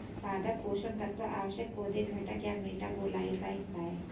पादप पोषण तत्व आवश्यक पौधे घटक या मेटाबोलाइट का हिस्सा है